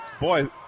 Boy